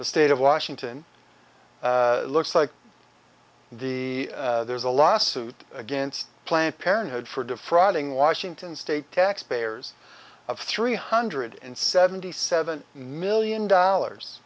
the state of washington looks like the there's a lawsuit against planned parenthood for defrauding washington state taxpayers of three hundred and seventy seven million dollars